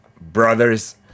brothers